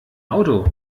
auto